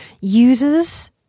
uses